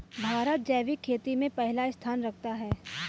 भारत जैविक खेती में पहला स्थान रखता है